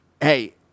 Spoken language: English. Hey